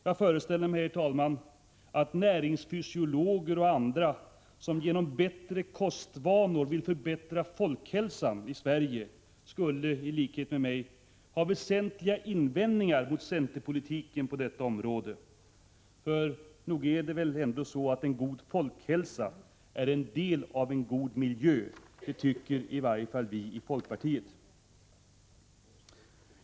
Jag föreställer mig, herr talman, att näringsfysiologer och andra som genom bättre kostvanor vill förbättra folkhälsan i Sverige i likhet med mig skulle ha väsentliga invändningar mot centerpolitiken på detta område. För nog är väl en god folkhälsa ändå en del av en god miljö? Det tycker i varje fall vi i folkpartiet.